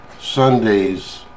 Sunday's